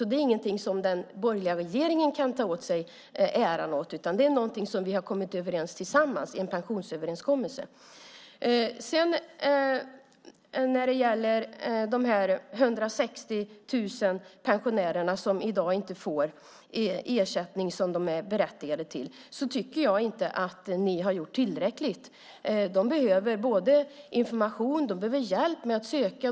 Det är inget som den borgerliga regeringen kan ta åt sig äran av utan det är något som vi har kommit överens om tillsammans i en pensionsöverenskommelse. När det gäller de 160 000 pensionärer som i dag inte får ersättning som de är berättigade till tycker jag inte att ni har gjort tillräckligt. De behöver information. De behöver också hjälp med att söka.